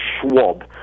Schwab